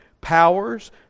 powers